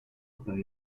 per